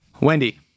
Wendy